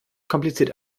kompliziert